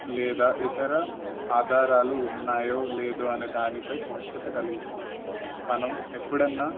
లేదా ఇతర ఆధారాలు ఉన్నాయో లేదో అనే దానిపై స్పష్టత కలిగిస్తుంది మనం ఎప్పుడన్నా